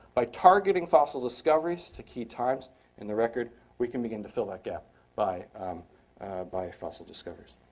by targeting fossil discoveries to key times in the record we can begin to fill that gap by by fossil discoveries.